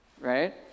Right